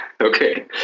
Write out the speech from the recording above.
Okay